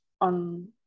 on